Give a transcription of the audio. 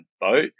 boat